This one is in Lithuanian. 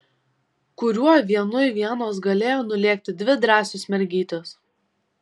kuriuo vienui vienos galėjo nulėkti dvi drąsios mergytės